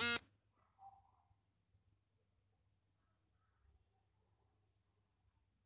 ಗಾಣ ಹಾಕಿ ಮೀನು ಹಿಡಿಯುವ